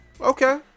Okay